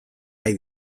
nahi